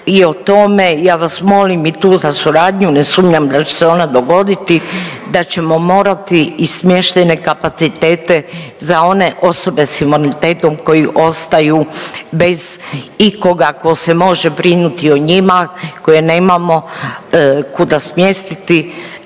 i o tome, ja vas molim i tu za suradnju, ne sumnjam da će se ona dogoditi, da ćemo morati i smještajne kapacitete za one osobe s invaliditetom koji ostaju bez ikoga ko se može brinuti o njima, koje nemamo kuda smjestiti